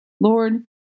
Lord